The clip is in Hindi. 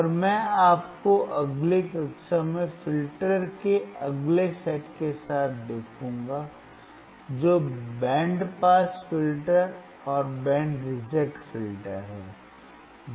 और मैं आपको अगली कक्षा में फ़िल्टर के अगले सेट के साथ देखूंगा जो बैंड पास फ़िल्टर और बैंड रिजेक्ट फ़िल्टर है